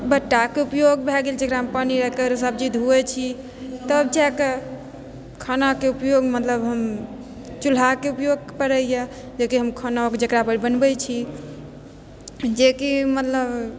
बट्टाके ऊपयोग भए गेल जकरामे पानी राखिके सब्जी धुऐ छी तब जाए कऽ खानाके उपयोग मतलब हम चूल्हाके उपयोग पड़ैए जाहिके हम खाना जकरापर बनबैत छी जेकि मतलब